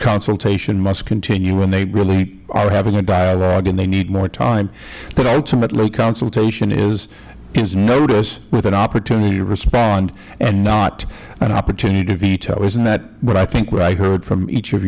consultation must continue and they really are having a dialogue and they need more time that ultimately consultation is notice with an opportunity to respond and not an opportunity to veto isnt that what i think i heard from each of